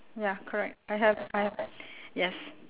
ya correct I have I have yes